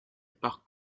par